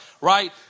right